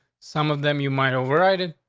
some of them you might override it.